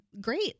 great